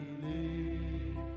believe